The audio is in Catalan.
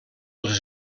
els